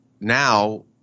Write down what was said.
now